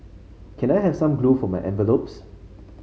can I have some glue for my envelopes